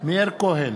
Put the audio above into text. מאיר כהן,